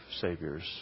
saviors